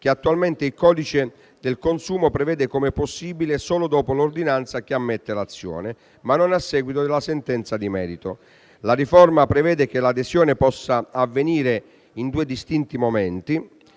che attualmente il codice del consumo prevede come possibile solo dopo l'ordinanza che ammette l'azione, ma non a seguito della sentenza di merito. La riforma prevede che l'adesione possa avvenire in due distinti momenti: